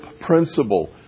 principle